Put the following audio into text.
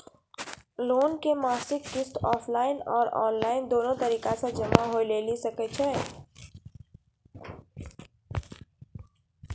Loan के मासिक किस्त ऑफलाइन और ऑनलाइन दोनो तरीका से जमा होय लेली सकै छै?